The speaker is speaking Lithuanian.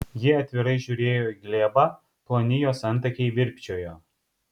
ji atvirai žiūrėjo į glėbą ploni jos antakiai virpčiojo